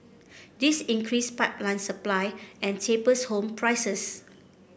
this increase pipeline supply and tapers home prices